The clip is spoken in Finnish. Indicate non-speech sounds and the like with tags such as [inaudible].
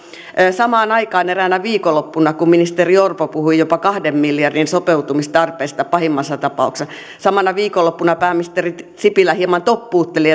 eräänä viikonloppuna ministeri orpo puhui jopa kahden miljardin sopeuttamistarpeesta pahimmassa tapauksessa ja samana viikonloppuna pääministeri sipilä hieman toppuutteli [unintelligible]